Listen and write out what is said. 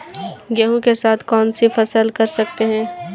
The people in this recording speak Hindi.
गेहूँ के साथ कौनसी फसल कर सकते हैं?